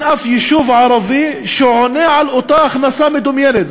שאין כמעט אף יישוב ערבי שעונה על אותה הכנסה מדומיינת.